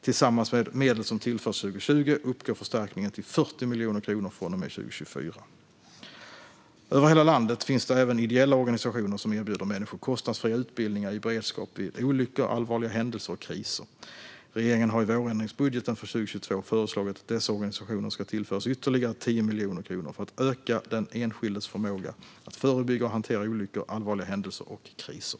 Tillsammans med medel som tillförts 2020 uppgår förstärkningen till 40 miljoner kronor från och med 2024. Över hela landet finns även ideella organisationer som erbjuder människor kostnadsfria utbildningar i beredskap vid olyckor, allvarliga händelser och kriser. Regeringen har i vårändringsbudgeten för 2022 föreslagit att dessa organisationer ska tillföras ytterligare 10 miljoner kronor för att öka den enskildes förmåga att förebygga och hantera olyckor, allvarliga händelser och kriser.